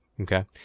Okay